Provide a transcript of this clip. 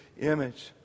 image